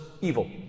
evil